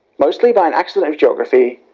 mostly by an accident of geography,